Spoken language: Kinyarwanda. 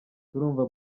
turumva